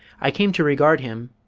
i came to regard him